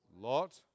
Lot